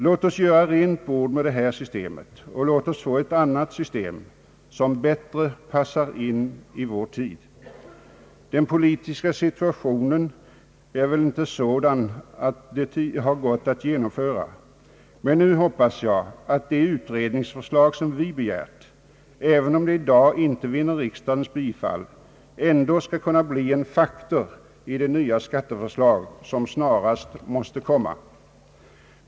Låt oss göra rent bord med det här systemet, och låt oss få ett annat system som bättre passar in i vår tid. Den politiska situationen har väl inte varit sådan att det har gått att genomföra, men nu hoppas jag att den utredning som vi begär, även om vårt yrkande i dag inte vinner riksdagens bifall, ändå skall kunna bli en faktor i det nya skatteförslag som snarast måste komma.